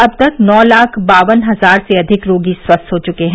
अब तक नौ लाख बावन हजार से अधिक रोगी स्वस्थ हो चुके हैं